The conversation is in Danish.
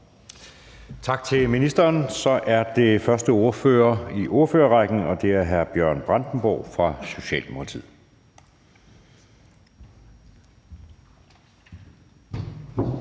Tak til ministeren. Så er det første ordfører i ordførerrækken, og det er hr. Bjørn Brandenborg fra Socialdemokratiet.